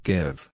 Give